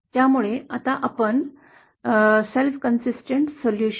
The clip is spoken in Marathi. त्यामुळे आता आपण स्वयंसातत्यपूर्ण उपाय self consistent solution